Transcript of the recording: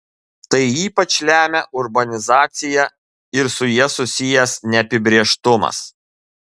tai ypač lemia urbanizacija ir su ja susijęs neapibrėžtumas